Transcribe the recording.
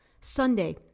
Sunday